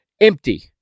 empty